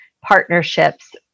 partnerships